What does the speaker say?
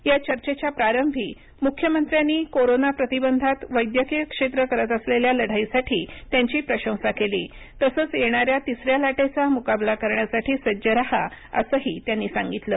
या चर्चेच्या प्रारंभी मुख्यमंत्र्यांनी कोरोना प्रतिबंधात वैद्यकीय क्षेत्र करत असलेल्या लढाईसाठी त्यांची प्रशंसा केली तसंच येणाऱ्या तिसऱ्या लाटेचा मुकाबला करण्यासाठी सज्ज राहा असंही त्यांनी सांगितलं